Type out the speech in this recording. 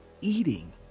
Eating